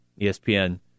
ESPN